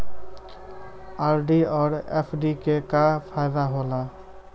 RD और FD के का फायदा हौला?